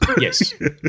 Yes